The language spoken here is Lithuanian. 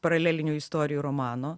paralelinių istorijų romano